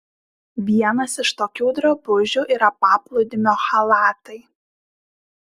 vienas iš tokių drabužių yra paplūdimio chalatai